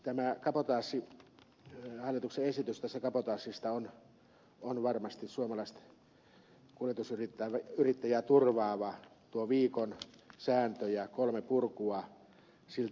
tämä hallituksen esitys tästä kabotaasista on varmasti suomalaista kuljetusyrittäjää turvaava tuo viikon sääntö ja kolme purkua siltä osin